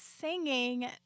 singing